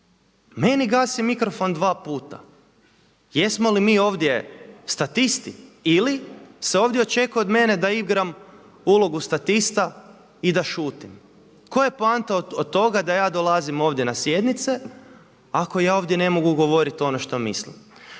meni gasi mikrofon dva puta. Jesmo li mi ovdje statisti ili se ovdje očekuje od mene da igram ulogu statista i da šutim? Koja je poanta od toga da ja dolazim ovdje na sjednice ako ja ovdje ne mogu govoriti ono što mislim?